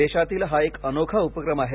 देशातील हा एक अनोखा उपक्रम आहे